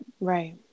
Right